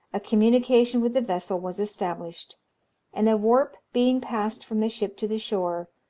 a communication with the vessel was established and a warp being passed from the ship to the shore,